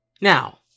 Now